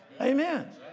Amen